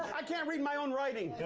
i can't read my own writing.